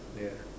yeah